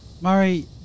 Murray